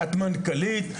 את מנכ"לית,